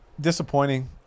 disappointing